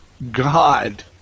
God